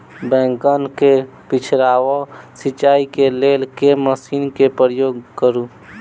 बैंगन केँ छिड़काव सिचाई केँ लेल केँ मशीन केँ प्रयोग करू?